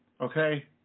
okay